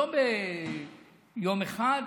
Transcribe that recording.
לא ביום אחד.